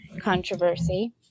controversy